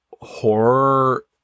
horror